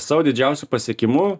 savo didžiausiu pasiekimu